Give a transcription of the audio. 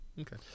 Okay